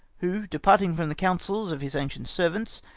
who departing from the counsels of his ancient servants,